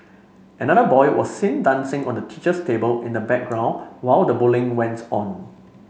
another boy was seen dancing on the teacher's table in the background while the bullying went on